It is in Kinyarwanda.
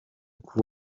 kuri